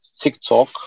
tiktok